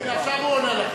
הנה, עכשיו הוא עונה לכם.